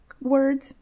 word